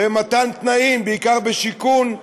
למתן תנאים, בעיקר בשיכון,